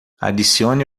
adicione